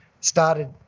started